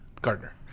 Gardner